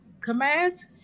commands